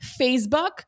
Facebook